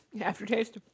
Aftertaste